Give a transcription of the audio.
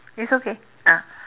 it's okay ah